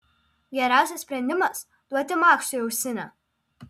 geriausias sprendimas duoti maksui ausinę